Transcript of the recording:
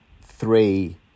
three